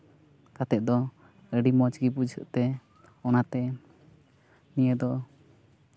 ᱠᱟᱛᱮ ᱫᱚ ᱟᱹᱰᱤ ᱢᱚᱡᱽ ᱜᱮ ᱵᱩᱡᱷᱟᱹᱜ ᱛᱮ ᱚᱱᱟᱛᱮ ᱱᱤᱭᱟᱹ ᱫᱚ